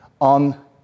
on